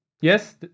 Yes